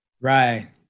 right